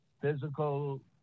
physical